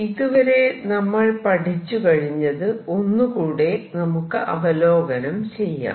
ഇതുവരെ നമ്മൾ പഠിച്ചുകഴിഞ്ഞത് ഒന്ന് കൂടെ നമുക്ക് അവലോകനം ചെയ്യാം